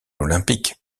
olympique